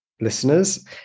listeners